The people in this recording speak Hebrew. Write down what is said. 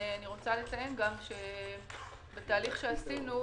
בתהליך שעשינו,